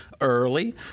early